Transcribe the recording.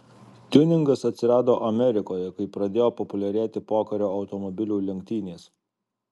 tiuningas atsirado amerikoje kai pradėjo populiarėti pokario automobilių lenktynės